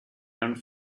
earned